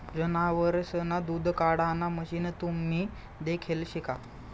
जनावरेसना दूध काढाण मशीन तुम्ही देखेल शे का?